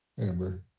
Amber